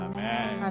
Amen